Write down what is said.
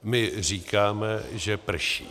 My říkáme, že prší.